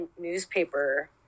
newspaper